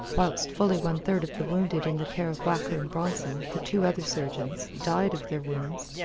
whilst fully one third of the wounded in the care of whacker and bronson the two other surgeons died of their wounds,